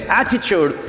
attitude